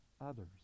others